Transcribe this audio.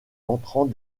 entrant